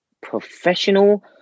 professional